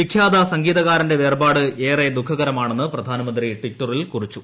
വിഖ്യാത സംഗീതകാരന്റെ വേർപാട് ഏറെ ദുഃഖകരമെന്ന് പ്രധാനമന്ത്രി ട്വിറ്ററിൽ കുറിച്ചു